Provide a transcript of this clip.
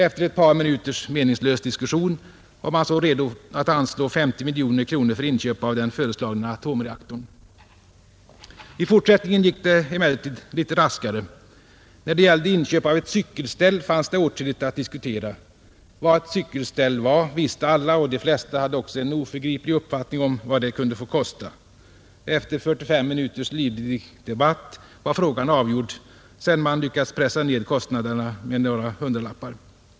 Efter ett par minuters meningslös diskussion var man så redo att anslå 50 miljoner kronor för inköp av den föreslagna atomreaktorn, I fortsättningen gick det emellertid inte lika raskt. När det gällde inköp av ett cykelställ fanns det åtskilligt att diskutera — vad ett cykelställ var visste alla, och de flesta hade också en oförgriplig uppfattning om vad det kunde få kosta. Efter 45 minuters livlig debatt var frågan avgjord, sedan man lyckats pressa ned kostnaden med några hundralappar.